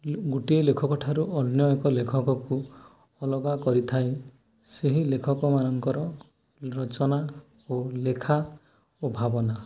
ଗୋଟିଏ ଲେଖକଠାରୁ ଅନ୍ୟ ଏକ ଲେଖକକୁ ଅଲଗା କରିଥାଏ ସେହି ଲେଖକମାନଙ୍କର ରଚନା ଓ ଲେଖା ଓ ଭାବନା